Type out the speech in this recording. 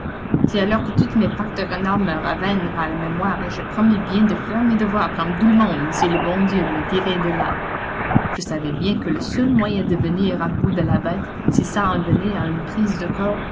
c'est alors que toutes mes pâques de renard me revinrent à la mémoire et je promis bien de faire mes devoirs comme tout le monde si le bon dieu me tirait de là je savais bien que le seul moyen de venir à bout de la bête si ça en venait à une prise de corps